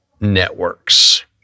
networks